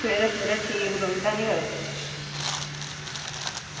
सवेरै सवेरै ठीक रौहंदा नी जादै